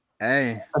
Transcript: Hey